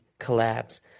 collabs